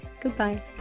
Goodbye